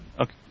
Okay